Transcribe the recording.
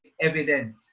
evident